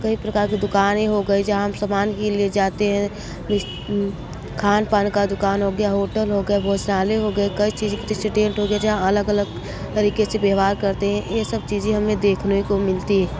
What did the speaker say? कई प्रकार की दुकानें हो गई जहाँ सामान के लिए जाते हैं खान पान का दुकान हो गया होटल हो गया मसाले हो गए कई चीज़ जैसे टेंट हो गया जहाँ अलग अलग तरीके से व्यवहार करते हैं यह सब चीज़ें हमें देखने को मिलती है